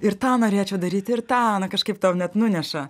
ir tą norėčiau daryti ir tą na kažkaip tau net nuneša